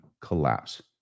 collapse